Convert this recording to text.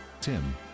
tim